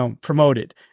promoted